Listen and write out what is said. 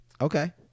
Okay